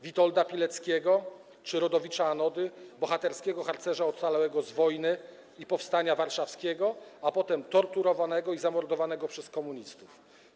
Witolda Pileckiego czy Rodowicza „Anody”, bohaterskiego harcerza ocalałego z wojny i Powstania Warszawskiego, a potem torturowanego i zamordowanego przez komunistów.